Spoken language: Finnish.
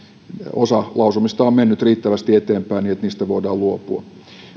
osa lausumista on mennyt riittävästi eteenpäin ja että niistä voidaan luopua